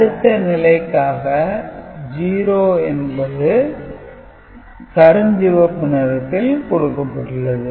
அடுத்த நிலைக்காக 0 என்பது கருஞ்சிவப்பு நிறத்தில் கொடுக்கப்பட்டுள்ளது